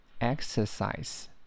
exercise